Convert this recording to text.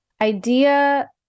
Idea